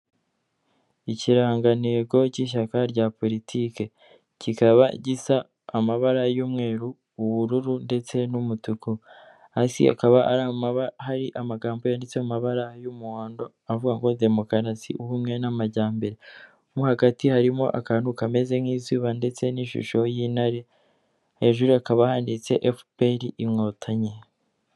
Ikirangantego cy'ishyaka rya politiki, kikaba gisa amabara y'umweru, ubururu, ndetse n'umutuku, hasi hakaba hari amagambo yanditsemo amabara y'umuhondo avuga ngo demokarasi ubumwe n'amajyambere, mo hagati harimo akantu kameze nk'izuba ndetse n'ishusho y'intare, hejuru hakaba handitse efuperi inkotanyi.